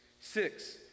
Six